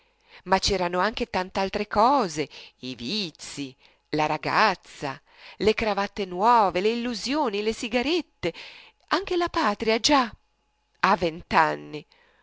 ma c'erano anche tant'altre cose i vizii la ragazza le cravatte nuove le illusioni le sigarette e anche la patria già a